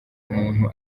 umuntu